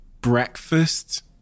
breakfast